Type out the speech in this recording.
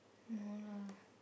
no lah